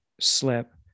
slip